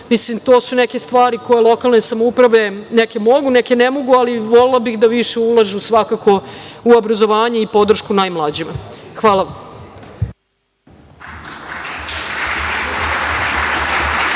mislim, to su neke stvari koje lokalne samouprave neke mogu, neke ne mogu, ali volela bih da više ulažu, svakako, u obrazovanje i podršku najmlađima. Hvala vam.